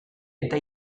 eta